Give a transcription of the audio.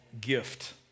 Gift